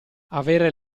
avere